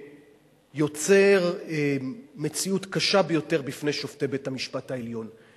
שיוצר מציאות קשה ביותר בפני שופטי בית-המשפט העליון.